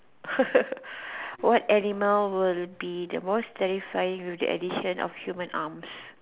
what animal will be the most terrifying with the addition of human arms